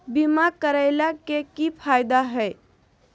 बीमा करैला के की फायदा है?